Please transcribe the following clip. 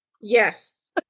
Yes